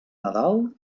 nadal